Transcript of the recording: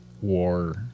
war